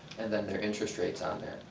and then their interest rate is on there.